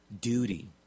Duty